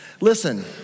Listen